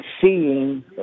seeing